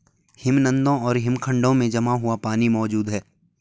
हिमनदों और हिमखंडों में जमा हुआ पानी मौजूद हैं